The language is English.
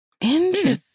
Interesting